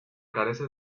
carece